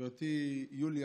גברתי יוליה,